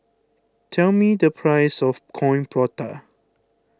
tell me the price of Coin Prata